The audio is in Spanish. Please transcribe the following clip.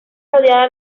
rodeada